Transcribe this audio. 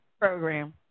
program